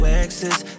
exes